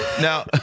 Now